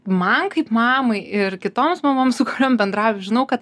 man kaip mamai ir kitoms mamoms su kuriom bendrauju žinau kad